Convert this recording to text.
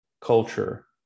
culture